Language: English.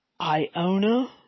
Iona